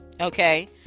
Okay